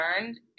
learned